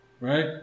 right